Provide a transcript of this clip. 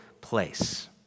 place